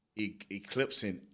eclipsing